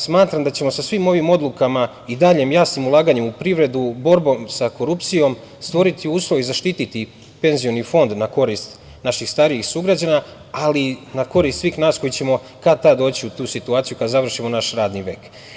Smatram da ćemo sa svim ovim odlukama i daljim jasnim ulaganjem u privredu, borbom sa korupcijom, stvoriti uslove i zaštiti penzioni fond na korist naših starijih sugrađana, ali i na korist svih nas koji ćemo kad, tad doći u tu situaciju kada završimo naš radni vek.